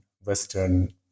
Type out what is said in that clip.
Western